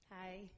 Hi